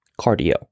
cardio